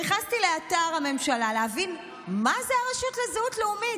נכנסתי לאתר הממשלה להבין מה זו הרשות לזהות לאומית.